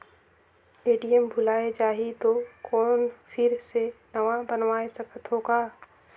ATM भुलाये जाही तो कौन फिर से नवा बनवाय सकत हो का?